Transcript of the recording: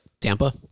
Tampa